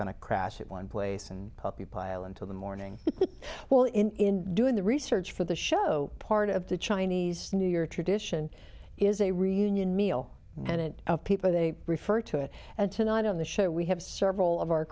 of crash at one place and puppy pile until the morning well in doing the research for the show part of the chinese new year tradition is a reunion meal and people they refer to it and tonight on the show we have several of our